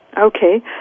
Okay